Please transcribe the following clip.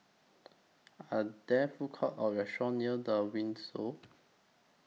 Are There Food Courts Or restaurants near The Windsor